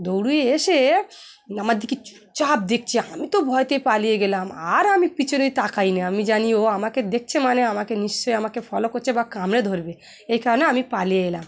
দৌড়িয়ে এসে আমার দিকে চুপচাপ দেখছে আমি তো ভয়েতে পালিয়ে গেলাম আর আমি পিছনেই তাকাই না আমি জানি ও আমাকে দেখছে মানে আমাকে নিশ্চয়ই আমাকে ফলো করছে বা কামড়ে ধরবে এই কারণে আমি পালিয়ে এলাম